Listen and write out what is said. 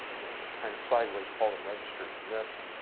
you know kind of sideways, call them registers in this.